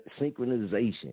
synchronization